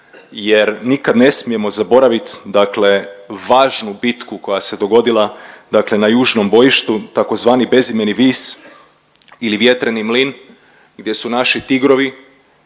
jer nikad ne smijemo zaboravit, dakle važnu bitku koja se dogodila, dakle na južnom bojištu tzv. bezimeni Vis ili vjetreni mlin gdje su naši Tigrovi,